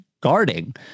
guarding